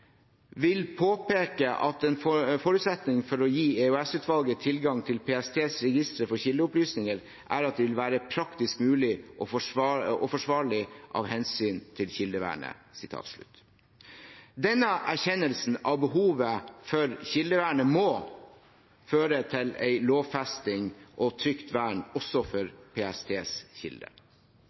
vil være praktisk mulig og forsvarlig av hensyn til kildevernet». Denne erkjennelsen av behovet for kildevernet må føre til en lovfesting og trygt vern også for PSTs kilder.